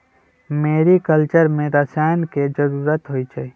mariculture में रसायन के जरूरत होई छई